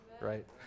Right